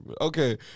Okay